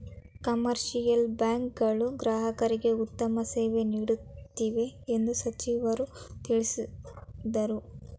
commercial bank ಗಳು ಗ್ರಾಹಕರಿಗೆ ಉತ್ತಮ ಸೇವೆ ನೀಡುತ್ತಿವೆ ಎಂದು ಸಚಿವರು ತಿಳಿಸಿದರು